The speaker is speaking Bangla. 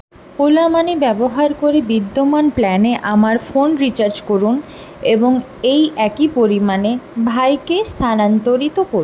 ওলা মানি ব্যবহার করে বিদ্যমান প্ল্যানে আমার ফোন রিচার্জ করুন এবং এই একই পরিমাণ ভাইকে স্থানান্তরিত করুন